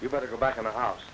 you better go back in the house